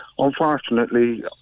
Unfortunately